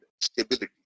stability